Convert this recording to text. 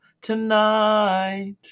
tonight